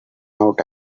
out